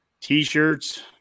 T-shirts